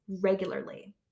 regularly